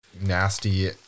nasty